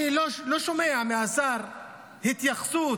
אני לא שומע מהשר התייחסות